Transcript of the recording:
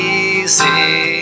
easy